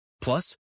Plus